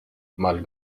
mal